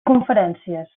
conferències